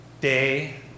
day